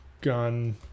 gun